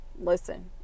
listen